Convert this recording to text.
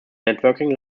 networking